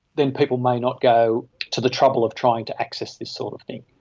then people may not go to the trouble of trying to access this sort of thing.